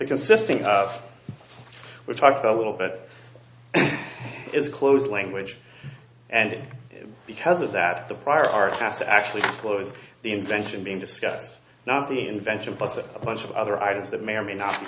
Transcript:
consisting of we talked a little bit is closed language and because of that the prior art has actually closed the invention being discussed now the invention plus a bunch of other items that may or may not